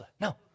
No